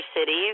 cities